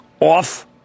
off